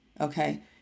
okay